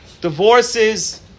Divorces